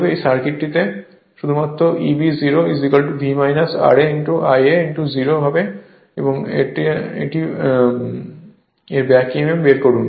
অতএব এই সার্কিটটিতে শুধুমাত্র Eb 0 V ra Ia 0 এর ব্যাক emf বের করুন